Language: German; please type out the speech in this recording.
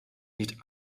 nicht